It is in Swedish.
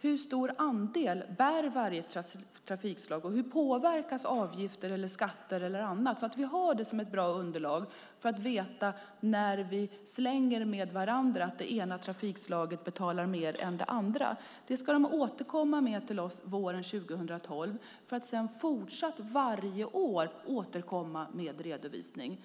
hur stor andel varje trafikslag bär och hur avgifter, skatter och annat påverkas. Det ska vi ha som ett bra underlag för att vi ska kunna veta hur det verkligen ser ut när vi pratar med varandra om att det ena trafikslaget betalar mer än det andra. De ska återkomma med detta till oss under våren 2012. Sedan ska de fortsätta att återkomma varje år med en redovisning.